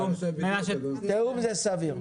תיאום זה סביר.